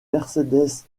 mercedes